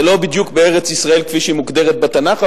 זה לא בדיוק בארץ-ישראל כפי שהיא מוגדרת בתנ"ך,